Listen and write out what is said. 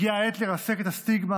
הגיעה העת לרסק את הסטיגמה,